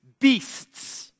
beasts